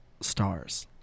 stars